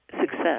success